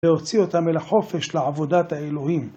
והוציא אותם אל החופש לעבודת האלוהים.